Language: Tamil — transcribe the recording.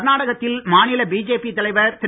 கர்நாடகத்தில் மாநில பிஜேபி தலைவர் திரு